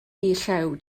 llew